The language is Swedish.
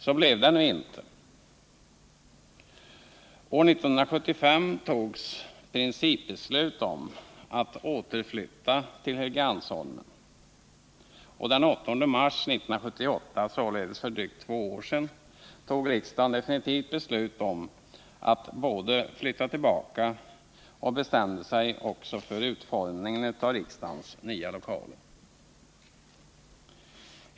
Så blev det nu inte. År 1975 fattades principbeslut om återflyttning till Helgeandsholmen, och den 8 mars 1978 — således för drygt två år sedan — fattade riksdagen definitivt beslut både om en återflyttning och om utformningen av riksdagens nya lokaler.